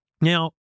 Now